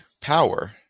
power